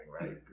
right